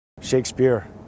Shakespeare